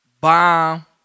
bomb